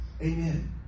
Amen